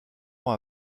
ans